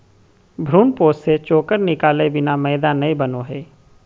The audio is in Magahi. भ्रूणपोष से चोकर निकालय बिना मैदा नय बनो हइ